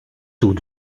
tous